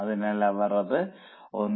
അതിനാൽ അവർ അത് 1